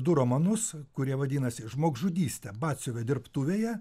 du romanus kurie vadinasi žmogžudystė batsiuvio dirbtuvėje